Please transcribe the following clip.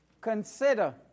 Consider